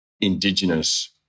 Indigenous